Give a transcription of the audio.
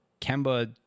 Kemba